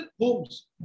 homes